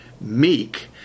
meek